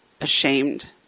ashamed